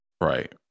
Right